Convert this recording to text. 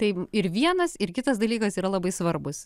taip ir vienas ir kitas dalykas yra labai svarbus